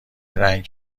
رنگ